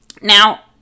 Now